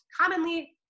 commonly